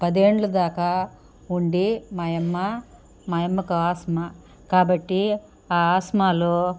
పదేండ్లదాకా ఉండి మాయమ్మ మాయమ్మకు ఆస్మా కాబట్టి ఆస్మాలో